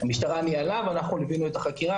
המשטרה ניהלה ואנחנו ליווינו את החקירה,